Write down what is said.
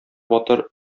батыр